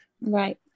Right